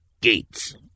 gates